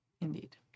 Indeed